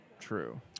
true